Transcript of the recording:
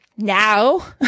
Now